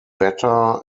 batter